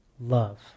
love